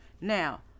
Now